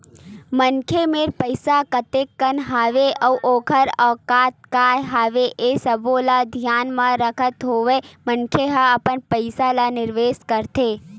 मनखे मेर पइसा कतका हवय अउ ओखर आवक काय हवय ये सब्बो ल धियान म रखत होय मनखे ह अपन पइसा ल निवेस करथे